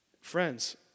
Friends